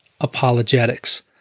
apologetics